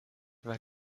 war